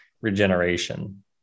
regeneration